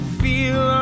feel